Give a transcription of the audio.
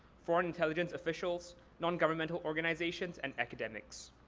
foreign intelligence officials, non-governmental organizations, and academics.